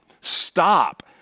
stop